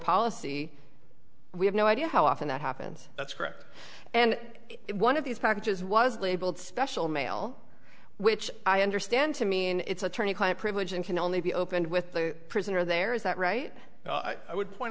policy we have no idea how often that happens that's correct and it one of these packages was labeled special mail which i understand to mean it's attorney client privilege and can only be opened with the prisoner there is that right i would point